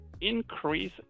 increase